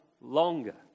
longer